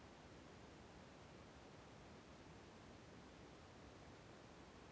ಎಲ್ಲಾ ಎ.ಪಿ.ಎಮ್.ಸಿ ಗಳಲ್ಲಿ ಎಷ್ಟು ಗೋದಾಮು ಇರುತ್ತವೆ?